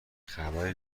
خبری